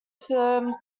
firm